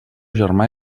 germà